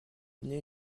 donné